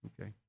Okay